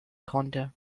konnte